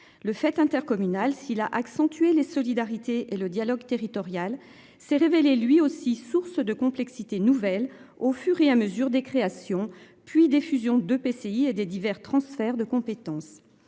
le fête intercommunale, s'il a accentué les solidarités et le dialogue territorial s'est révélé lui aussi source de complexité nouvelle au fur et à mesure des créations puis des fusions de PCI et des divers transferts de compétences